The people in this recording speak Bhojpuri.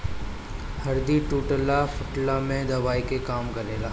हरदी टूटला फुटला में दवाई के काम करेला